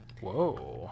Whoa